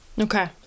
Okay